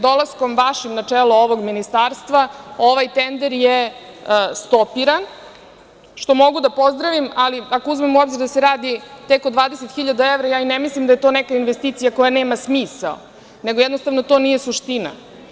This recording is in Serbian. Dolaskom vašim na čelo ovog ministarstva ovaj tender je stopiran, što mogu da pozdravim, ali ako uzmemo u obzir da se radi tek od 20.000 hiljada evra, ja i ne mislim da je to neka investicija koja nema smisao, nego, jednostavno, to nije suština.